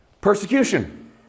Persecution